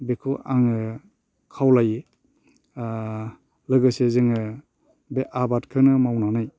बेखौ आङो खावलायो लोगोसे जोङो बे आबादखौनो मावनानै